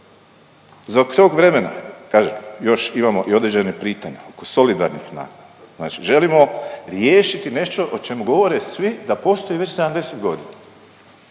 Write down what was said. Za tog vremena kažem još imamo i određena pitanja oko solidarnih …/Govornik se ne razumije./… znači želimo riješiti nešto o čemu govore svi da postoji već 70 godina.